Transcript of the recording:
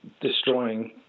destroying